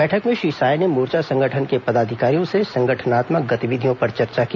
बैठक में श्री साय ने मोर्चा संगठन के पदाधिकारियों से संगठनात्मक गतिविधियों पर चर्चा की